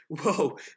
whoa